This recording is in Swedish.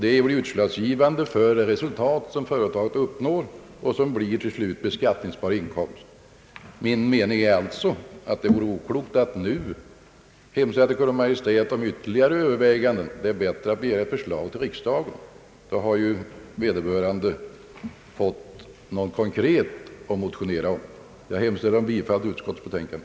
Detta är utslagsgivande för det resultat som företaget uppnår och som till slut blir beskattningsbar inkomst. Min mening är alltså att det är oklokt att nu hos Kungl. Maj:t hemställa om ytterligare överväganden. Det är bättre att begära ett förslag till riksdagen. Då har vederbörande något konkret att motionera om. Jag hemställer om bifall till utskottets betänkande.